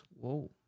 Whoa